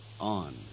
on